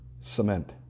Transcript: cement